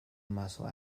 muscle